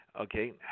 okay